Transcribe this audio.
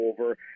over